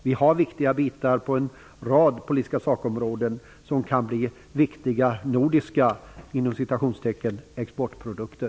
Vi har viktiga bitar på en rad politiska sakområden som kan bli betydelsefulla nordiska "exportprodukter".